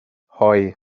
hoe